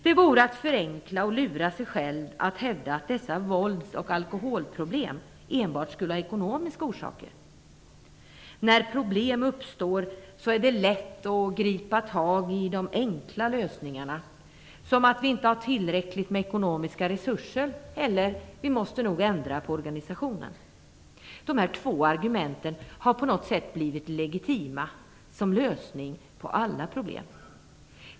Det vore att förenkla och lura sig själv att hävda att dessa vålds och alkoholproblem enbart skulle ha ekonomiska orsaker. När problem uppstår är det lätt att gripa tag i "de enkla lösningarna", som att vi inte har tillräckliga ekonomiska resurser eller att vi nog måste ändra organisationen. Dessa två argument har på något sätt blivit legitima som lösning på alla problem.